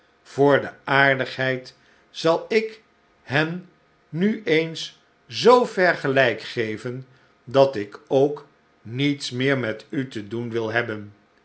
voor de aardigheid sleohte tijden zal ik hen nu eens zoo ver gelijk geven dat ik ook niets meer met u te doenwil hebben